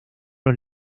los